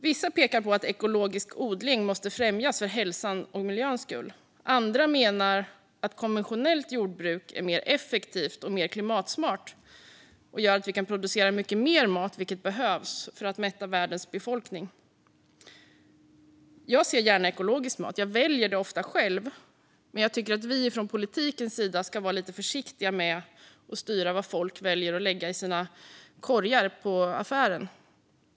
Vissa pekar på att ekologisk odling måste främjas för hälsans och miljöns skull. Andra menar att konventionellt jordbruk är mer effektivt och klimatsmart och gör att vi kan producera mycket mer mat, vilket behövs för att mätta världens befolkning. Jag ser gärna ekologisk mat och väljer det ofta själv, men jag tycker att vi från politiken ska vara lite försiktiga med att styra över vad folk ska lägga i sina matkorgar i affären.